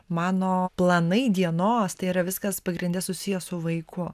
mano planai dienos tai yra viskas pagrinde susiję su vaiku